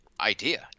idea